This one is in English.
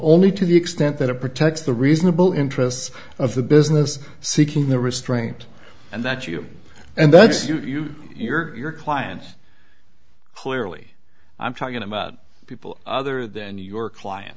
only to the extent that it protects the reasonable interests of the business seeking the restraint and that you and that's you your clients clearly i'm talking about people other than your clients